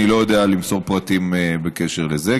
אני לא יודע למסור פרטים בקשר לזה,